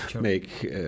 make